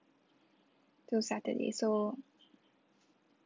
until saturday so